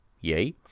yay